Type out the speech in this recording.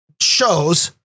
shows